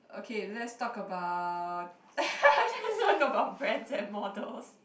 okay let's talk about let's talk about brands and models